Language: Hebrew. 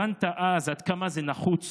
הבנת אז עד כמה נחוץ